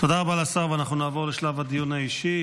תודה רבה לשר, ואנחנו נעבור לשלב הדיון האישי.